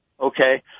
Okay